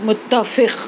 مُتفق